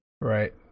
Right